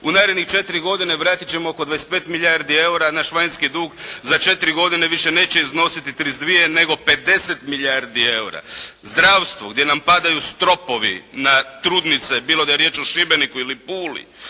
U narednih četiri godine vratiti ćemo oko 25 milijardi eura, naš vanjski dug za četiri godine više neće iznositi 32 nego 50 milijardi eura. Zdravstvo gdje nam padaju stropovi na trudnice, bilo da je riječ o Šibeniku ili Puli,